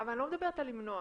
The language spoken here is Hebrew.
--- אני לא מדברת על למנוע.